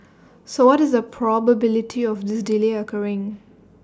so what is the probability of this delay occurring